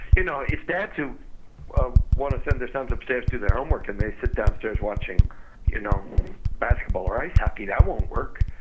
you know it's dads who want to send their sons upstairs to do their homework and they sit downstairs watching you know basketball or ice hockey that won't work.